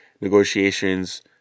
negotiations